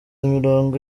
imirongo